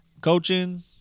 coaching